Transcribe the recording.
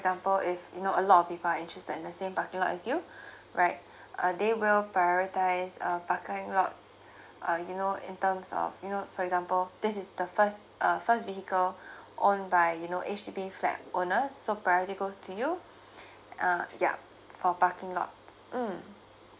example if you know a lot of people are interested in the same parking lot as you right uh they will prioritise um parking lot uh you know in terms of you know for example this is the first uh first vehicle own by you know H_D_B flat owner so priority goes to you uh ya for parking lot mm